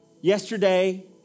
Yesterday